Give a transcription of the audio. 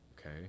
okay